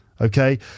okay